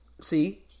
See